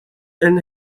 and